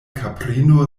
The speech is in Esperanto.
kaprino